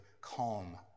calm